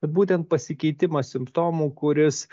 būtent pasikeitimas simptomų kuris